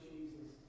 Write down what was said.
Jesus